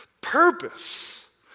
purpose